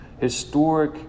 historic